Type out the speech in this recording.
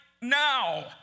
now